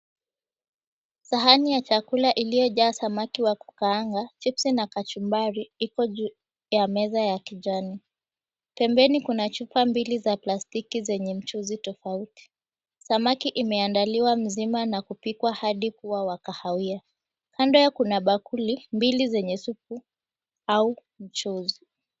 Sahani ya chakula iliyojaa samaki wa kukaanga, [chipsy , na kachumbari ipo juu ya meza ya kijani. Pembeni kuna chupa mbili za plastiki zenye mchuzi tofauti. Samaki imeandaliwa mzima na imepikwa hadi kuwa wa kahawia. Kando kuna bakuli, mbili zenye supu au mchuzi.